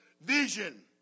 vision